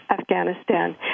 Afghanistan